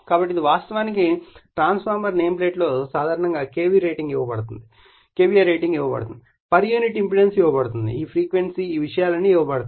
కాబట్టి ఇది వాస్తవానికి ట్రాన్స్ఫార్మర్ నేమ్ ప్లేట్ లో సాధారణంగా K V రేటింగ్ ఇవ్వబడుతుంది పర్ యూనిట్ ఇంపెడెన్స్ ఇవ్వబడుతుంది ఈ ఫ్రీక్వెన్సీ ఇవ్వబడుతుంది ఈ విషయాలన్నీ ఇవ్వబడతాయి